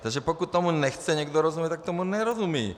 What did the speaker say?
Takže pokud tomu nechce někdo rozumět, tak tomu nerozumí.